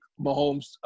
Mahomes